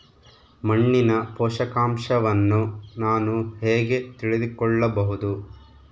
ಮಣ್ಣಿನ ಪೋಷಕಾಂಶವನ್ನು ನಾನು ಹೇಗೆ ತಿಳಿದುಕೊಳ್ಳಬಹುದು?